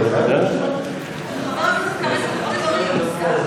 שיהיו נאומים בני דקה.